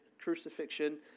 crucifixion